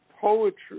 poetry